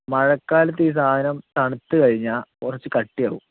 മഴക്കാലത്ത് ഈ സാധനം തണുത്ത് കഴിഞ്ഞാൽ കുറച്ച് കട്ടി ആവും